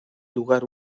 lugar